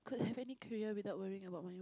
could have any career without worrying about mo~